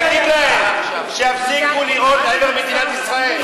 תגיד להם שיפסיקו לירות לעבר מדינת ישראל,